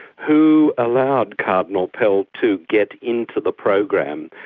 who allowed cardinal pell to get into the program?